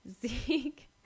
zeke